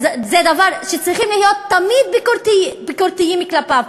זה דבר שתמיד צריכים להיות ביקורתיים כלפיו.